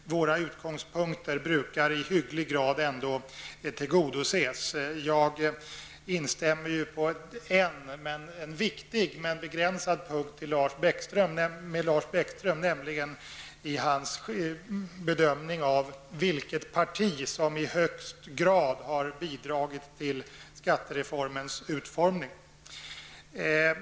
Våra ståndpunkter brukar i ganska hög grad tillgodoses. Jag instämmer med Lars Bäckström i en viktig men begränsad punkt, nämligen i hans bedömning av vilket parti mest har bidragit till skattereformens utformning.